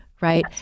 right